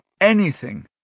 anything